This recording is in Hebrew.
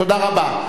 תודה רבה.